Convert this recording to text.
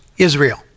Israel